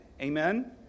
Amen